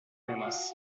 vemos